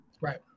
Right